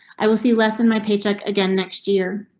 i will see less in my paycheck again next year.